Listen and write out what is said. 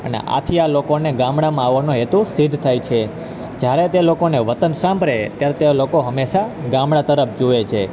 અને આથી આ લોકોને ગામડામાં આવવાનો હેતુ સિદ્ધ થાય છે જ્યારે તે લોકોને વતન સાંભળે ત્યારે તે લોકો હંમેશાં ગામડા તરફ જુએ છે